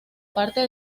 parte